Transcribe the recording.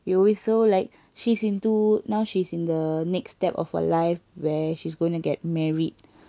we always so like she's into now she's in the next step of her life where she's going to get married